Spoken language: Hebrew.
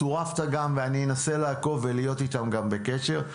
צורפת גם ואני אנסה לעקוב ולהיות איתם גם בקשר,